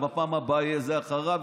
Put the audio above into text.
בפעם הבאה יהיה זה אחריו וכו'.